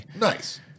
Nice